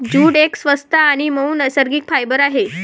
jute एक स्वस्त आणि मऊ नैसर्गिक फायबर आहे